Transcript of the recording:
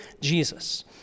Jesus